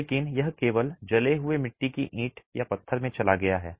लेकिन यह केवल जले हुए मिट्टी की ईंट या पत्थर में चला गया है